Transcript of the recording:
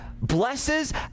blesses